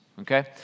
Okay